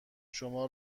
شما